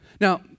Now